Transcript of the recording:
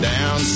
Down